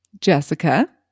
Jessica